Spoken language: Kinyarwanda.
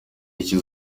icyo